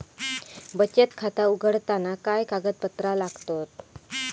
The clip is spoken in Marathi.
बचत खाता उघडताना काय कागदपत्रा लागतत?